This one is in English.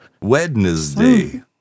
Wednesday